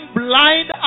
blind